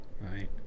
right